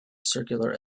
circular